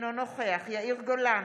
אינו נוכח יאיר גולן,